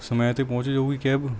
ਸਮੇਂ 'ਤੇ ਪਹੁੰਚ ਜਾਵੇਗੀ ਕੈਬ